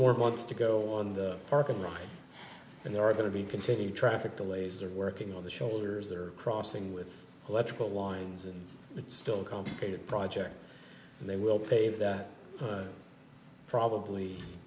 more months to go on the park and ride and there are going to be continued traffic delays are working on the shoulders they're crossing with electrical lines and it's still a complicated project and they will pave that probably